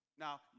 Now